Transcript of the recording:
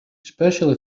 especially